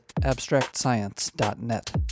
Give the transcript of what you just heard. abstractscience.net